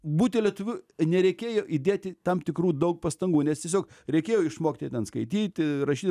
būti lietuviu nereikėjo įdėti tam tikrų daug pastangų nes tiesiog reikėjo išmokti skaityti rašyti